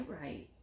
right